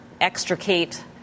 extricate